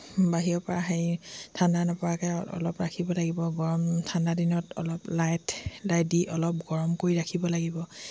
বাহিৰৰ পৰা হেৰি ঠাণ্ডা নপৰাকৈ অলপ ৰাখিব লাগিব গৰম ঠাণ্ডা দিনত অলপ লাইট লাইট দি অলপ গৰম কৰি ৰাখিব লাগিব